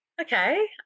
okay